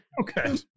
Okay